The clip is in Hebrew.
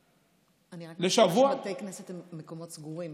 אני רק מזכירה שבתי כנסת הם מקומות סגורים,